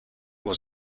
was